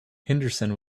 henderson